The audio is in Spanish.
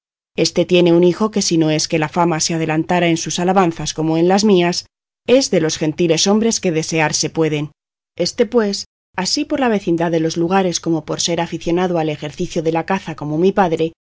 éste tiene un hijo que si no es que la fama se adelanta en sus alabanzas como en las mías es de los gentiles hombres que desearse pueden éste pues así por la vecindad de los lugares como por ser aficionado al ejercicio de la caza como mi padre